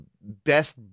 best